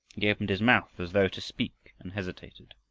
he opened his mouth, as though to speak, and hesitated.